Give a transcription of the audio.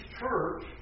church